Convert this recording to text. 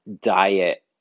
diet